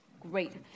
Great